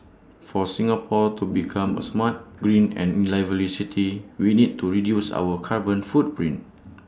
for Singapore to become A smart green and lively city we need to reduce our carbon footprint